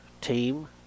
team